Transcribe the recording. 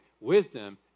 wisdom